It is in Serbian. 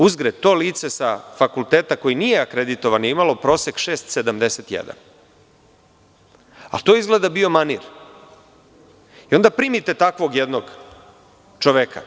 Uzgred, to lice sa fakulteta koji nije akreditovan je imalo prosek 6,71, ali to je izgleda bio manir i onda primite takvog jednog čoveka.